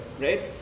right